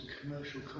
commercial